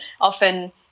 Often